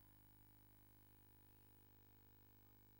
כאשר מדברים על העברת הסמכויות בעצם אומרים לכלל אזרחי